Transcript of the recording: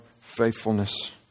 faithfulness